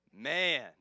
Man